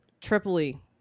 Tripoli